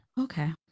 Okay